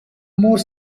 more